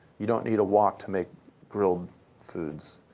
you don't need a wok to make grilled foods.